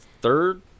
third